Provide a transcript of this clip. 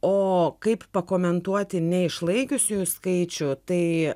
o kaip pakomentuoti neišlaikiusiųjų skaičių tai